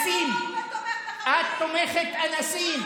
מחבלים, אבל את תומכת אנסים.